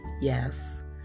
Yes